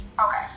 Okay